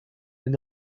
and